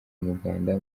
umuganda